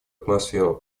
атмосферу